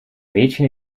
mädchen